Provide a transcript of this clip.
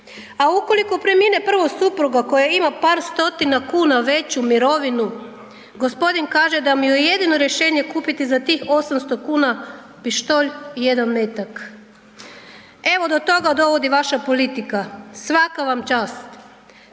A ukoliko premine prvo supruga koja ima par stotina kuna veću mirovinu, gospodin kaže da mu je jedino rješenje kupiti za tih 800 kn pištolj i jedan metak. Evo do toga dovodi vaša politika, svaka vam čast.